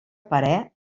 parer